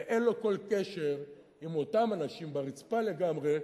ואין לו כל קשר עם אותם אנשים ברצפה לגמרי,